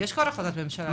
יש כבר החלטת ממשלה.